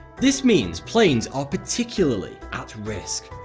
this means planes are particularly at risk.